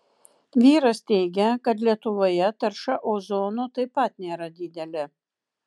vyras teigia kad lietuvoje tarša ozonu taip pat nėra didelė